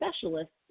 specialists